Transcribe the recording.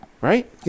right